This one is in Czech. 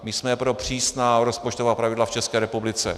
My jsme pro přísná rozpočtová pravidla v České republice.